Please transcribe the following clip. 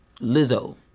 Lizzo